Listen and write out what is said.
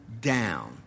down